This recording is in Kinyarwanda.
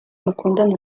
mukundana